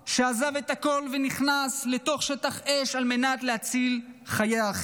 שעזב את הכול ונכנס לתוך שטח אש על מנת להציל חיי האחר,